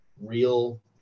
real